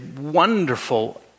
wonderful